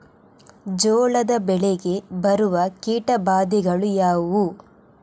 ಜೋಳದ ಬೆಳೆಗೆ ಬರುವ ಕೀಟಬಾಧೆಗಳು ಯಾವುವು?